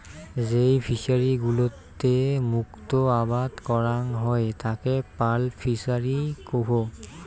যেই ফিশারি গুলোতে মুক্ত আবাদ করাং হই তাকে পার্ল ফিসারী কুহ